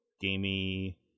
gamey